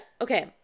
Okay